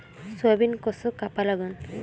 Soybean कस कापा लागन?